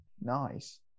Nice